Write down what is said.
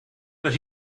that